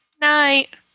Night